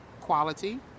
quality